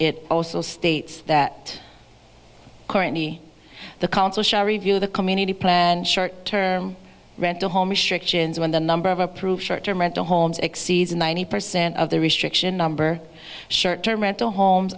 it also states that courtney the council shall review the community plan short term rental home assured chin's when the number of approved short term rental homes exceeds ninety percent of the restriction number short term rental homes